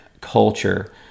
culture